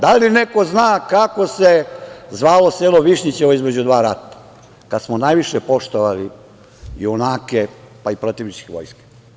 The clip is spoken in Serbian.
Da li neko zna kako se zvalo selo Višnjićevo između dva rata, kad smo najviše poštovali junake, pa i protivničkih vojski?